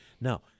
Now